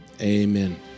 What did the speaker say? Amen